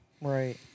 Right